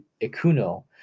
Ikuno